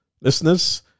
Listeners